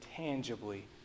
Tangibly